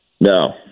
No